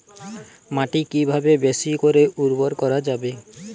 মাটি কিভাবে বেশী করে উর্বর করা যাবে?